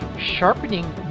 sharpening